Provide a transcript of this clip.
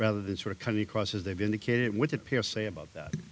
rather than sort of coming across as they've indicated it would appear say about